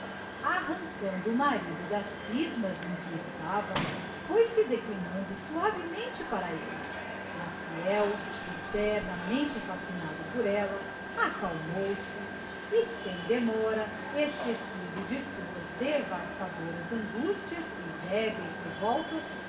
arrancando o marido das scismas em que estava foi-se reclinando suavemente para elle maciel eternamente fascinado por ella acalmou se e sem demora esquecido de suas devastadoras angustias e débeis revoltas